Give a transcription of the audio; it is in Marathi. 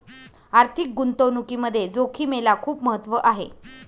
आर्थिक गुंतवणुकीमध्ये जोखिमेला खूप महत्त्व आहे